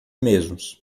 mesmos